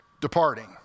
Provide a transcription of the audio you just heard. departing